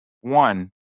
One